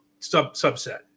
subset